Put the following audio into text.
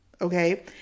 Okay